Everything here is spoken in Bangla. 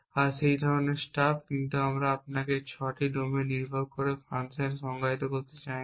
আর সেই ধরনের স্টাফ কিন্তু আমরা আপনাকে 6 ডোমেইন নির্ভর ফ্যাশন সংজ্ঞায়িত করতে চাই না